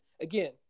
again